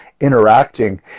interacting